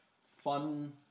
fun